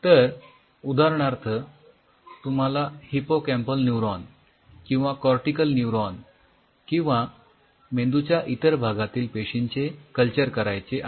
तर उदाहरणार्थ तुम्हाला हिप्पोकॅम्पल न्यूरॉन किंवा कोर्टीकल न्यूरॉन किंवा मेंदूच्या इतर भागातील पेशींचे कल्चर करायचे आहे